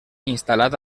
instal·lat